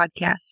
podcast